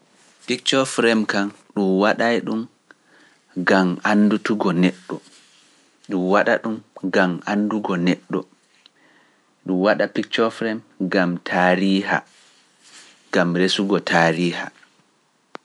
Pikchooree kam ɗum waɗa ɗum gam anndutugo neɗɗo, ɗum waɗa ɗum gam anndugo neɗɗo, ɗum waɗa pikchooree gam taariiha, gam resugo taariiha.